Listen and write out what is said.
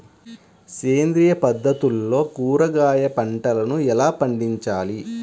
సేంద్రియ పద్ధతుల్లో కూరగాయ పంటలను ఎలా పండించాలి?